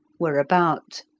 were about.